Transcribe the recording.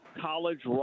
college